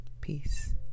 Peace